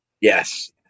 Yes